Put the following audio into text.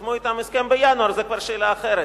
כשחתמו אתם הסכם בינואר, זו כבר שאלה אחרת.